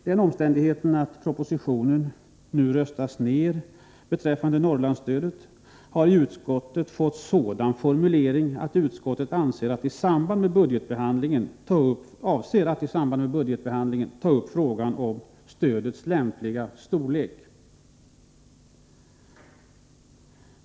Den omständigheten att propositonens förslag beträffande Norrlandsstödet nu röstas ned har i utskottet föranlett formuleringen att utskottet avser att i samband med budgetbehandlingen ta upp frågan om stödets lämpliga storlek.